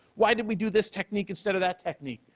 why did we do this technique instead of that technique?